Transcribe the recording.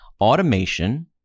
automation